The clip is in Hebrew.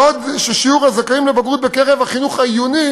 בעוד שיעור הזכאים לבגרות בקרב תלמידי החינוך העיוני